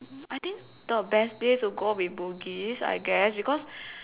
I think the best place to go will be Bugis I guess because